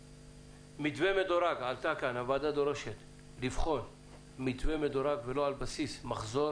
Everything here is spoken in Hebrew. מתווה מדורג הוועדה דורשת לבחון מתווה מדורג ולא על בסיס מחזור.